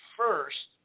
first